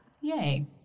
Yay